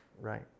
right